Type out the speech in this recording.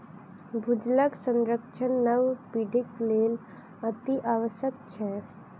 भूजलक संरक्षण नव पीढ़ीक लेल अतिआवश्यक छै